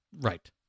Right